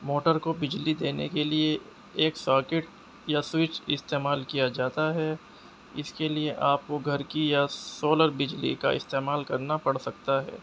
motor کو بجلی دینے کے لیے ایک ساکٹ یا سوئچ استعمال کیا جاتا ہے اس کے لیے آپ کو گھر کی یا سولر بجلی کا استعمال کرنا پڑ سکتا ہے